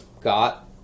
got